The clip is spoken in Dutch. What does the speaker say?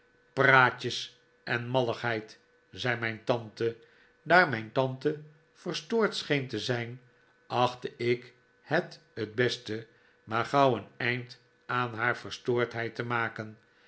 praatjes en malligheid zei mijn tante daar mijn tante verstoord scheen te zijn achtte ik het t beste maar gauw een eind aan haar verstoordheid te maken